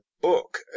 book